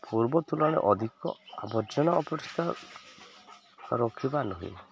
ପୂର୍ବ ତୁଳନାରେ ଅଧିକ ଆବର୍ଜନା ଅପରିଷ୍କାର ରଖିବା ନାହିଁ